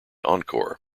encore